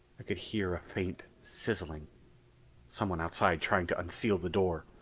i could hear a faint sizzling someone outside trying to unseal the door.